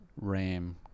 ram